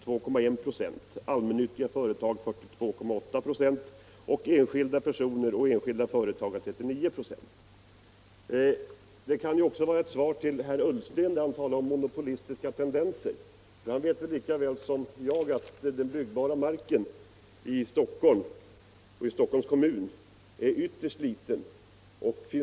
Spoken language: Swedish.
Jag kan fortsätta att anföra siff — kommunernas retag 39 96. nadsföretag Detta kan också vara ett svar till herr Ullsten som talade om mo nopolistiska tendenser. Herr Ullsten vet lika väl som jag att den byggbara marken i Stockholms kommun är ytterst liten.